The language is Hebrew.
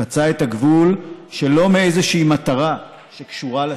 חצה את הגבול שלא מאיזושהי מטרה שקשורה לסכסוך,